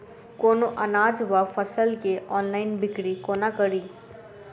कोनों अनाज वा फसल केँ ऑनलाइन बिक्री कोना कड़ी?